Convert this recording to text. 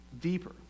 deeper